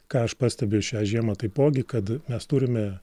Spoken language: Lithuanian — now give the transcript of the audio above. ką aš pastebiu šią žiemą taipogi kad mes turime